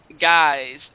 guys